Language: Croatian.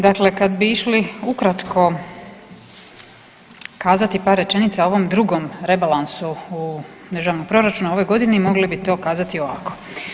Dakle, kad bi išli ukratko kazati par rečenica o ovom drugom rebalansu u državnom proračunu u ovoj godini mogli bi to kazati ovako.